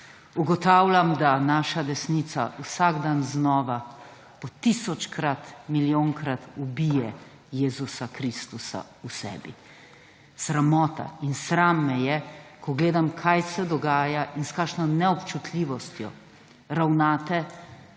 ugotavljam, da naša desnica vsak dan znova po tisočkrat, milijonkrat ubije Jezusa Kristusa v sebi. Sramota in sram me je, ko gledam, kaj se dogaja in s kakšno neobčutljivostjo ravnate